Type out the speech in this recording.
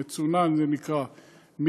זה נקרא מצונן,